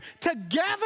together